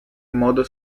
modo